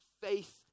faith